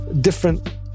different